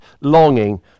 longing